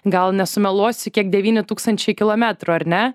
gal nesumeluosiu kiek devyni tūkstančiai kilometrų ar ne